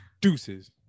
Deuces